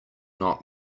not